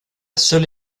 seule